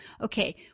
okay